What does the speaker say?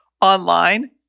online